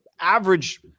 average